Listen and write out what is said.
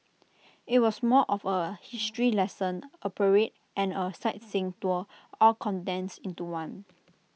IT was more of A history lesson A parade and A sightseeing tour all condensed into one